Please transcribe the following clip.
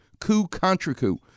Coup-contra-coup